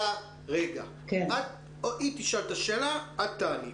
היא תשאל את השאלה והיא תעני.